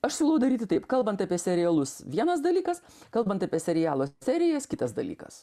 aš siūlau daryti taip kalbant apie serialus vienas dalykas kalbant apie serialo serijas kitas dalykas